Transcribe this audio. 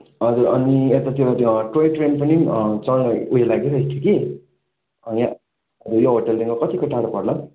हजुर अनि यतातिर त्यो टोई ट्रेन पनि चढ्ने उयो लागि रहेको थियो कि यहाँ यो होटेलबाट कतिको टाढो पर्ला